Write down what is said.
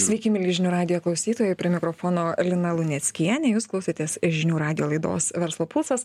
sveiki mieli žinių radijo klausytojai prie mikrofono lina luneckienė jūs klausotės žinių radijo laidos verslo pulsas